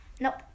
Nope